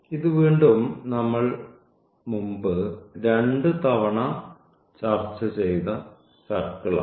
ഇത് വീണ്ടും നമ്മൾ മുമ്പ് രണ്ട് തവണ ചർച്ച ചെയ്ത സർക്കിളാണ്